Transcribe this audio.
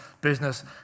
business